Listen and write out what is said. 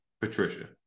Patricia